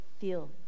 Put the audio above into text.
feel